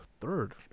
third